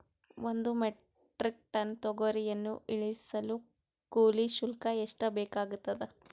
ಒಂದು metric ton ತೊಗರಿಯನ್ನು ಇಳಿಸಲು ಕೂಲಿ ಶುಲ್ಕ ಎಷ್ಟು ಬೇಕಾಗತದಾ?